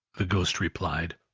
the ghost replied.